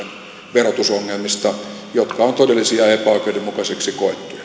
verotusongelmista jotka ovat todellisia ja epäoikeudenmukaiseksi